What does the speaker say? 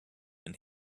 and